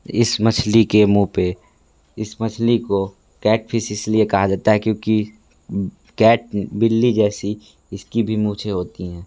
इस मछली के मुँह पर इस मछली को कैटफिश इसलिए कहा जाता है क्योंकि कैट बिल्ली जैसी इसकी भी मूंछें होती हैं